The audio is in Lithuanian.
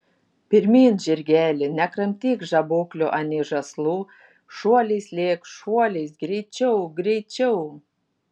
pirmyn žirgeli nekramtyk žaboklių anei žąslų šuoliais lėk šuoliais greičiau greičiau